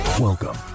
Welcome